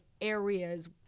areas